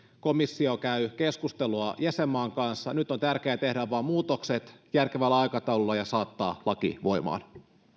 komissio käy keskustelua jäsenmaan kanssa nyt on tärkeää tehdä vain muutokset järkevällä aikataululla ja saattaa laki voimaan